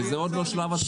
שייתנו משהו, מעשר.